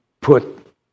put